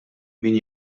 min